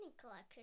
collection